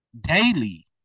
daily